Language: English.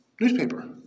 newspaper